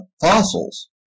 fossils